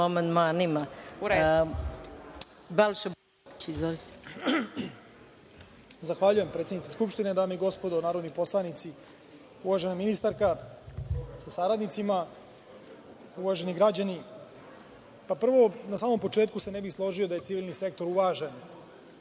Zahvaljujem, predsednici Skupštine. Dame i gospodo narodni poslanici, uvažena ministarka sa saradnicima, uvaženi građani, prvo, na samom početku se ne bi složio da je civilni sektor uvažen,